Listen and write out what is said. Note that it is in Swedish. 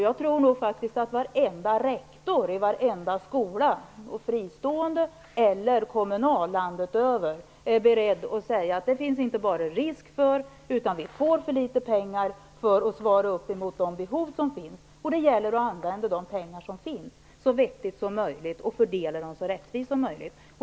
Jag tror faktiskt att varenda rektor i varenda skola - fristående eller kommunal, landet över - är beredd att säga att det inte bara finns risk för att de skall få för litet utan att de får för litet pengar för att kunna svara upp mot de behov som finns. Det gäller att använda de pengar som finns så vettigt som möjligt och fördela dem så rättvist som möjligt.